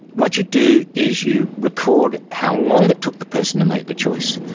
what you do is you record how long it took the person to make the choice,